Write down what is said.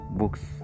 books